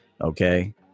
Okay